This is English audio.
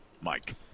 Mike